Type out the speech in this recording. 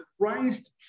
Christ